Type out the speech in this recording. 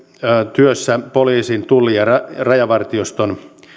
työssä poliisin tullin ja rajavartioston